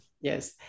Yes